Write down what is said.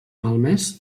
malmès